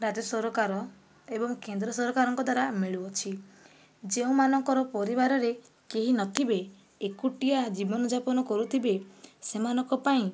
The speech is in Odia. ରାଜ୍ୟସରକାର ଏବଂ କେନ୍ଦ୍ରସରକାରଙ୍କ ଦ୍ଵାରା ମିଳୁଅଛି ଯେଉଁମାନଙ୍କର ପରିବାରରେ କେହି ନ ଥିବେ ଏକୁଟିଆ ଜୀବନଯାପନ କରୁଥିବେ ସେମାନଙ୍କ ପାଇଁ